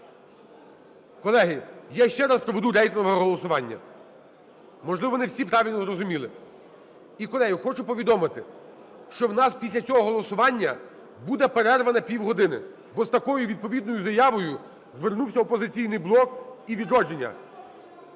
Колеги, я ще раз проведу рейтингове голосування. Можливо, не всі правильно зрозуміли. І, колеги, хочу повідомити, що в нас після цього голосування буде перерва на півгодини, бо з такою відповідною заявою звернувся "Опозиційний блок" і "Відродження".